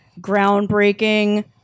groundbreaking